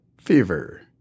Fever